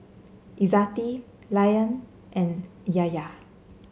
Izzati Rayyan and Yahya